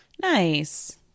Nice